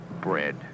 bread